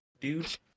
dude